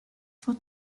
for